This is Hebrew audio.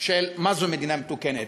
של מה זו מדינה מתוקנת.